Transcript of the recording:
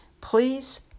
Please